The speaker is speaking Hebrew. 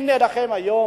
הנה לכם, היום